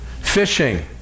Fishing